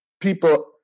people